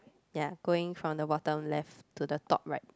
ya going from the bottom left to the top right